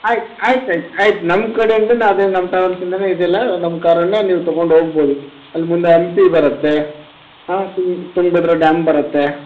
ಆಯ್ತು ಆಯ್ತು ಆಯ್ತು ನಮ್ಮ ಕಡೆಯಿಂದನೆ ಅದೇ ನಮ್ಮ ಟ್ರಾವೆಲ್ಸ್ ಇಂದಾನೆ ಇದೆಲ್ಲ ನಮ್ಮ ಕಾರನ್ನೇ ನೀವು ತಗೊಂಡು ಹೋಗ್ಬೋದು ಅಲ್ಲಿ ಮುಂದೆ ಹಂಪಿ ಬರುತ್ತೆ ಹಾಂ ತುಂಗ ತುಂಗಭದ್ರ ಡ್ಯಾಮ್ ಬರುತ್ತೆ